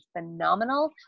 phenomenal